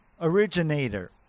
originator